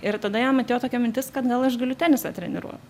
ir tada jam atėjo tokia mintis kad gal aš galiu tenisą treniruot